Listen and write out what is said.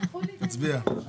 תצביע.